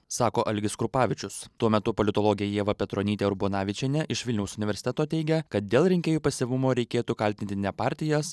sako algis krupavičius tuo metu politologė ieva petronytė urbonavičienė iš vilniaus universiteto teigia kad dėl rinkėjų pasyvumo reikėtų kaltinti ne partijas